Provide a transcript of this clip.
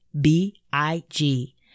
B-I-G